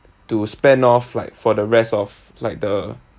to spend off like for the rest of like the